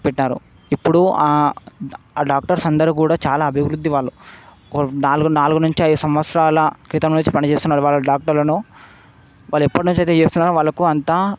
పెట్టారు ఇప్పుడు ఆ డాక్టర్స్ అందరు కూడా చాలా అభివృద్ధి వాళ్ళు నాలుగు నాలుగు నుంచి ఐదు సంవత్సరాల క్రితం నుంచి పని చేస్తున్నారు వాళ్ళు డాక్టర్లను వాళ్ళు ఎప్పటి నుంచి అయితే చేస్తున్నారు వాళ్ళకు అంతా